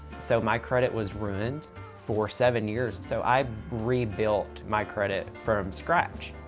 so my credit was ruined for seven years. so i rebuilt my credit from scratch.